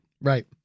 Right